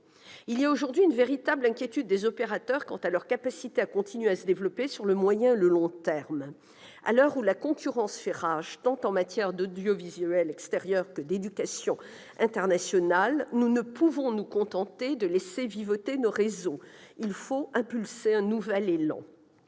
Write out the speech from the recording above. Il existe aujourd'hui une véritable inquiétude des opérateurs quant à leur capacité de continuer à se développer à moyen et long termes. À l'heure où la concurrence fait rage, en matière tant d'audiovisuel extérieur que d'éducation internationale, nous ne pouvons nous contenter de laisser vivoter nos réseaux. Il faut insuffler un nouvel élan.